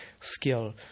skill